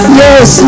yes